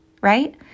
right